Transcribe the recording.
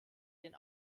den